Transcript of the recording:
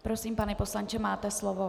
Prosím, pane poslanče, máte slovo.